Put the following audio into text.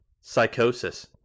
Psychosis